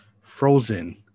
frozen